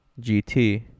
gt